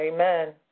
Amen